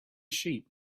sheep